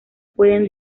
pueden